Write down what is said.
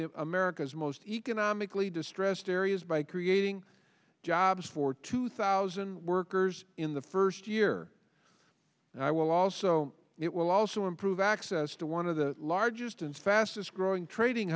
the america's most economically distressed areas by creating jobs for two thousand workers in the first year and i will also it will also improve access to one of the largest and fastest growing trading